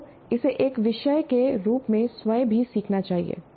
आपको इसे एक विषय के रूप में स्वयं भी सीखना चाहिए